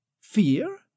fear